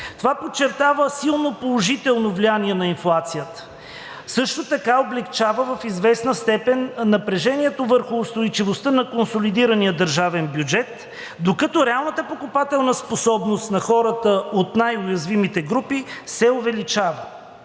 Това подчертава силно положително влияние на инфлацията, също така облекчава в известна степен напрежението върху устойчивостта на консолидирания държавен бюджет, докато реалната покупателна способност на хората от най-уязвимите групи се увеличава.